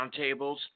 roundtables